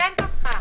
אני מתקנת אותך.